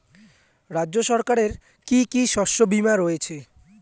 রাজ্য সরকারের কি কি শস্য বিমা রয়েছে?